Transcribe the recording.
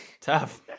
Tough